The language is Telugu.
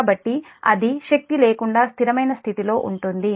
కాబట్టి అది శక్తి లేకుండా స్థిరమైన స్థితిలో ఉంటుంది